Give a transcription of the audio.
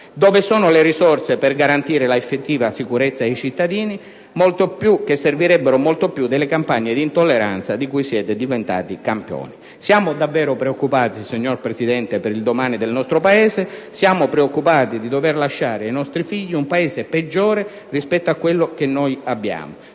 Dove sono le risorse per garantire effettiva sicurezza ai cittadini, che servirebbero molto più delle campagne di intolleranza di cui siete diventati campioni? Signor Presidente, siamo davvero preoccupati per il domani del nostro Paese; siamo preoccupati di dover lasciare ai nostri figli un Paese peggiore rispetto a quello che abbiamo.